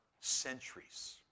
centuries